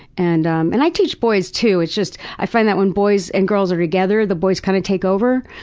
and um and i teach boys too, it's just, i find that when boys and girl are together, the boys kind of take over.